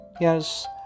Yes